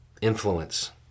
influence